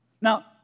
Now